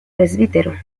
pbro